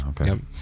okay